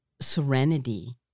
serenity